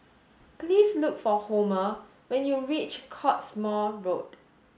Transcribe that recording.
please look for Homer when you reach Cottesmore Road